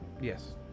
Yes